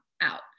out